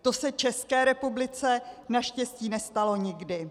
To se České republice naštěstí nestalo nikdy.